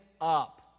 up